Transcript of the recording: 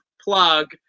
plug